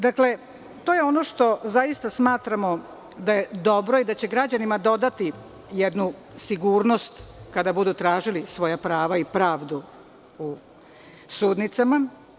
Dakle, to je ono što zaista smatramo da je dobro i da će građanima dodati jednu sigurnost kada budu tražili svoja prava i pravdu u sudnicama.